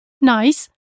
nice